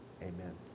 amen